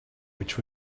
which